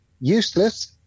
useless